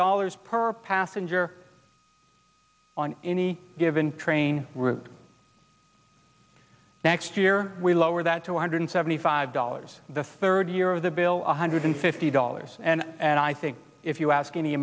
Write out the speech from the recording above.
dollars per passenger on any given train next year we lower that two hundred seventy five dollars the third year of the bill one hundred fifty dollars and i think if you ask any